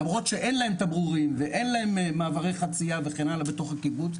למרות שאין להם תמרורים ואין להם מעברי חציה וכן הלאה בתוך הקיבוץ,